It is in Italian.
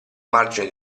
margine